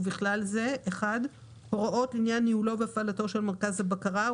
ובכלל זה (1)הוראות לעניין ניהולו והפעלתו של מרכז הבקרה,